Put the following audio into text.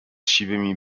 siwymi